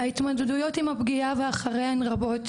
ההתמודדויות עם הפגיעה ואחריה הן רבות,